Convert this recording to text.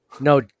no